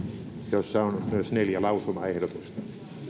jossa on myös neljä lausumaehdotusta